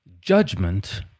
judgment